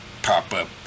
pop-up